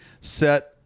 set